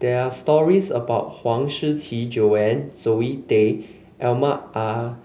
there are stories about Huang Shiqi Joan Zoe Tay Almahdi Al